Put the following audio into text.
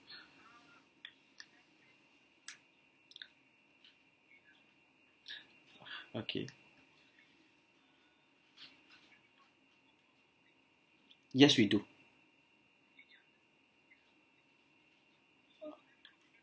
okay yes we do